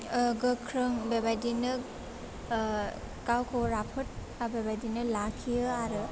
ओह गोख्रों बेबादिनो ओह गावखौ राफोद आर बेबादिनो लाखियो आरो